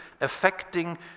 affecting